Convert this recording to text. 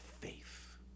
faith